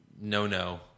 no-no